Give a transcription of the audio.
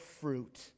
fruit